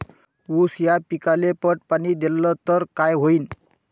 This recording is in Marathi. ऊस या पिकाले पट पाणी देल्ल तर काय होईन?